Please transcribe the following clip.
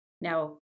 Now